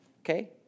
Okay